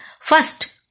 first